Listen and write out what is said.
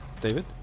David